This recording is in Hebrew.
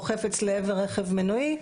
או חפץ לעבר רכב מנועי.